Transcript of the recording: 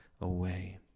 away